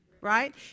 right